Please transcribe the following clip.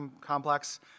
complex